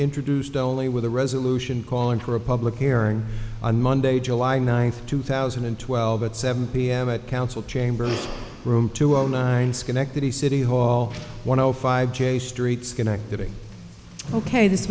introduced only with a resolution calling for a public hearing on monday july ninth two thousand and twelve at seven p m at council chamber room two zero nine schenectady city hall one o five j street schenectady ok this